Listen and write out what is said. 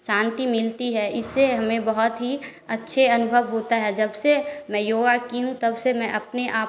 शान्ति मिलती है इससे हमें बहुत ही अच्छे अनुभव होता है जब से मैं योगा की हूँ तब से मैं अपने आपको